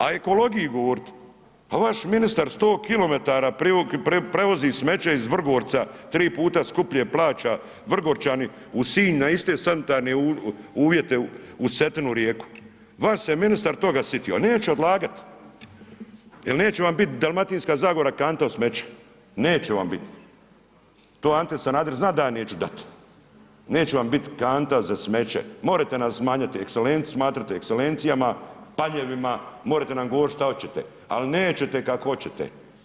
A o ekologiji govorit, pa vaš ministar 100 km prevozi smeće iz Vrgorca 3 puta skuplje plaća Vrgorčani u Sinj na iste sanitarne uvjere uz Cetinu rijeku, vaš se ministar toga sitio, a neće odlagat jel neće vam bit Dalmatinska Zagora kanta od smeća, neće vam bit, to Ante Sanader zna da ja neću dat, neće vam bit kanta za smeće, morete nam smanjiti ekselenc, smatrati ekselencijama, panjevima, morete nam govorit šta oćete, al nećete kako oćete.